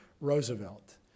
Roosevelt